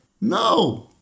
No